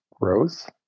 growth